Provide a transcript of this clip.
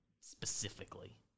specifically